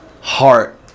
heart